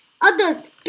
others